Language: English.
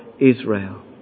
Israel